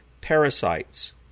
parasites